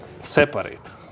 separate